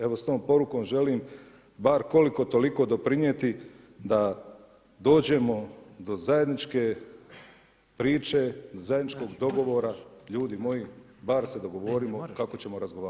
Evo s tom porukom želim bar koliko toliko doprinijeti da dođemo do zajedničke priče, do zajedničkog dogovora, ljudi moji bar se dogovorimo kako ćemo razgovarati.